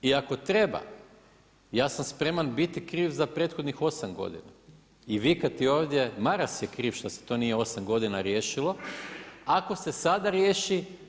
I ako treba, ja sam spreman biti kriv za prethodnih 8 godina i vikati ovdje Maras je kriv što se to nije 8 godina riješilo ako se sada riješi.